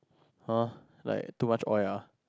!huh! like too much oil ah